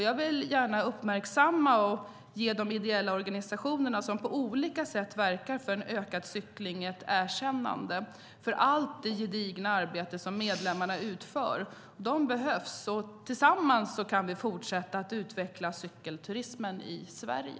Jag vill gärna uppmärksamma och ge de ideella organisationer som på olika sätt verkar för en ökad cykling ett erkännande för allt det gedigna arbete som medlemmarna utför. De behövs! Tillsammans kan vi fortsätta att utveckla cykelturismen i Sverige.